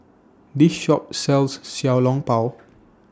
This Shop sells Xiao Long Bao